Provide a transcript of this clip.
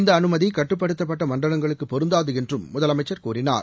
இந்த அனுமதி கட்டுப்படுத்தப்பட்ட மண்டலங்களுக்கு பொருந்தாது என்றும் முதலமைச்சர் கூறினார்